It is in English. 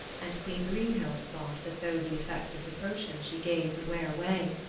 and queen grimhild thought that though the effect of the potion she gave would wear away,